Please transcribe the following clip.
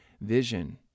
vision